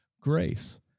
grace